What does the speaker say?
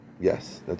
Yes